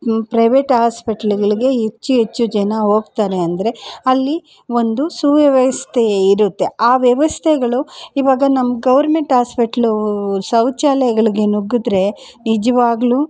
private ಆಸ್ಪೆಟ್ಲ್ಗಳಿಗೆ ಹೆಚ್ಚು ಹೆಚ್ಚು ಜನ ಹೋಗ್ತಾರೆ ಅಂದರೆ ಅಲ್ಲಿ ಒಂದು ಸುವ್ಯವಸ್ಥೆ ಇರುತ್ತೆ ಆ ವ್ಯವಸ್ಥೆಗಳು ಇವಾಗ ನಮ್ಮ ಗೌರ್ಮೆಂಟ್ ಆಸ್ಪೆಟ್ಲು ಶೌಚಾಲಯಗಳಿಗೆ ನುಗ್ಗಿದ್ರೆ ನಿಜವಾಗಲೂ